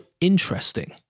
interesting